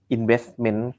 Investment